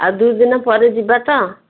ଆଉ ଦୁଇ ଦିନ ପରେ ଯିବା ତ